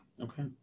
Okay